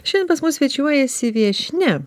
šiandien pas mus svečiuojasi viešnia